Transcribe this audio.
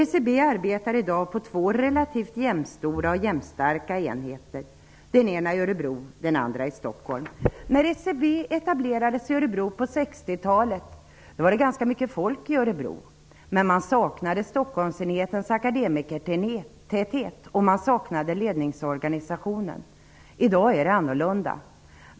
SCB arbetar i dag på två relativt jämnstora och jämnstarka enheter. Den ena finns i Örebro, den andra i Stockholm. När SCB etablerades i Örebro på 60-talet hade man ganska mycket folk i Örebro, men man saknade Stockholmsenhetens akademikertäthet och ledningsorganisationen. I dag är det annorlunda.